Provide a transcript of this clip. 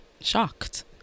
shocked